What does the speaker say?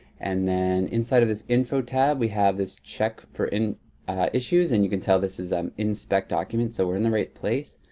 and then inside of this info tab we have this check for issues, and you can tell this is um inspect document. so we're in the right place.